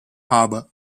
harbour